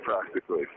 practically